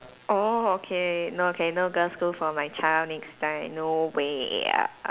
orh okay no okay no girl school for my child next time no way